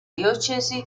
diocesi